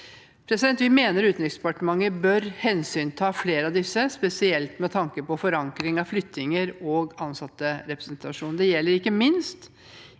bransjeorganisasjoner. Utenriksdepartementet bør hensynta flere av disse, spesielt med tanke på forankring av flyttinger og ansatterepresentasjon. Det gjelder ikke minst